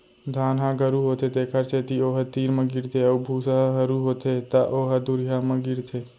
धान ह गरू होथे तेखर सेती ओ ह तीर म गिरथे अउ भूसा ह हरू होथे त ओ ह दुरिहा म गिरथे